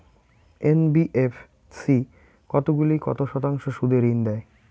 NBFC কতগুলি কত শতাংশ সুদে ঋন দেয়?